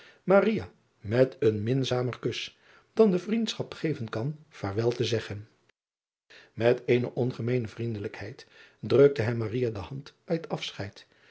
met een minzamer kus dan de vriendschap geven kan vaarwel te zeggen et eene ongemeene vriendelijkheid drukte hem de hand bij het afscheid